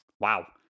wow